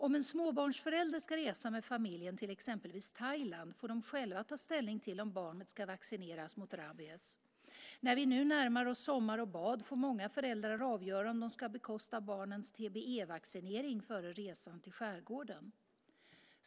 Om en småbarnsförälder ska resa med familjen till exempelvis Thailand får de själva ta ställning till om barnet ska vaccineras mot rabies. När vi nu närmar oss sommar och bad får många föräldrar avgöra om de ska bekosta barnens TBE-vaccinering före resan till skärgården.